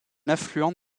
affluent